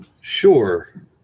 Sure